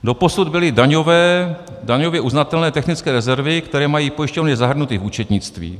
Doposud byly daňově uznatelné technické rezervy, které mají pojišťovny zahrnuty v účetnictví.